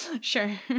sure